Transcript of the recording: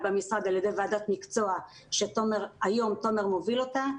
במשרד על ידי ועדת מקצוע שהיום תומר מוביל אותה,